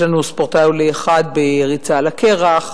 יש לנו ספורטאי עולה אחד בריצה על הקרח,